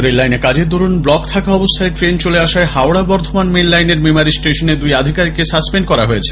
rail লাইনে কাজের দরুন ব্লক থাকা অবস্থায় ট্রেন চলে আসায় হাওড়া বর্ধমান মেন লাইনের মেমারি স্টেশনের দুই আধিকারিককে সাস্পেন্ড করা হয়েছে